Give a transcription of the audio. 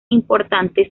importante